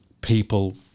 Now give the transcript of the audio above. people